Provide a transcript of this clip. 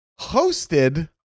hosted